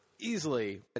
easily